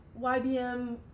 YBM